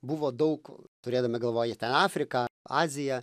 buvo daug turėdami galvoj tą afriką aziją